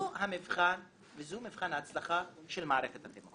זה מבחן ההצלחה של מערכת החינוך.